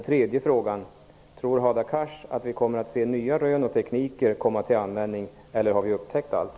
3.Tror Hadar Cars att vi kommer att se nya rön och att nya tekniker kan komma till användning, eller har vi upptäckt allt?